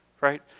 right